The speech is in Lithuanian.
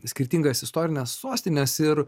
skirtingas istorines sostines ir